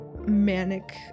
manic